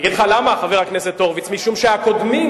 אגיד לך למה, חבר הכנסת הורוביץ, משום שהקודמים,